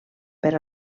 per